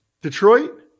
Detroit